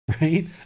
right